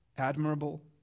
admirable